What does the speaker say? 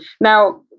Now